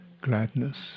gladness